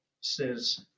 says